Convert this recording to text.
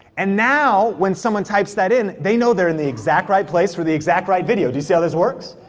and now, when someone types that in, they know they're in the exact right place, for the exact right video. do you see how this works?